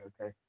Okay